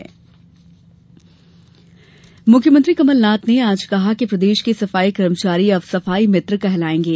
सफाई मित्र सीएम मुख्यमंत्री कमलनाथ ने आज कहा कि प्रदेश के सफाई कर्मचारी अब सफाई मित्र कहलाएंगे